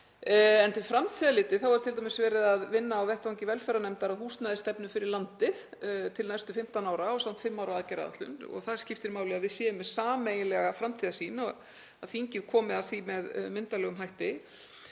En til framtíðar litið er t.d. verið að vinna á vettvangi velferðarnefndar að húsnæðisstefnu fyrir landið til næstu 15 ára ásamt fimm ára aðgerðaáætlun og það skiptir máli að við séum með sameiginlega framtíðarsýn og að þingið komi að því með myndarlegum hætti.